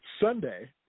Sunday